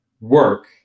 work